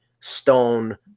Stone